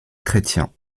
chrétiens